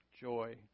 joy